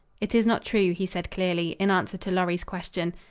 it is not true, he said clearly, in answer to lorry's question.